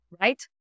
right